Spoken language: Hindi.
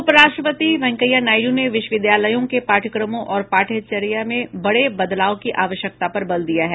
उपराष्ट्रपति वेंकैया नायडू ने विश्वविद्यालयों के पाठ्यक्रमों और पाठ्यचर्या में बड़े बदलाव की आवश्यकता पर बल दिया है